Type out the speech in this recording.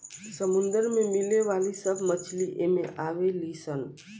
समुंदर में मिले वाली सब मछली एमे आवे ली सन